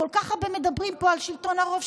כל כך הרבה מדברים פה על שלטון הרוב,